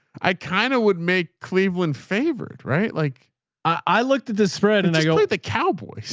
i kinda would make cleveland favorite. right? like i looked at the spread and i go with the cowboys.